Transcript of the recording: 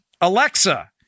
Alexa